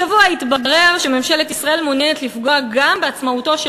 השבוע התברר שממשלת ישראל מעוניינת לפגוע גם בעצמאותו של